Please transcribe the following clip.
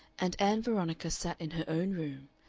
and ann veronica sat in her own room,